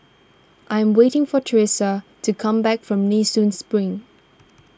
I'm waiting for Thresa to come back from Nee Soon Spring